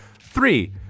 Three